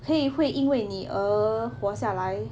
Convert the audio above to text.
可以会因为你而活下来